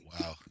Wow